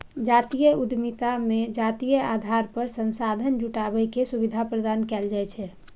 जातीय उद्यमिता मे जातीय आधार पर संसाधन जुटाबै के सुविधा प्रदान कैल जाइ छै